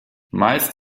meist